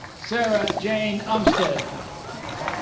sarah jane umsted